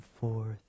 forth